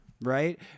right